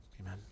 Amen